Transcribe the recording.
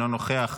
אינו נוכח,